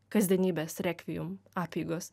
kasdienybės rekviem apeigos